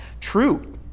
true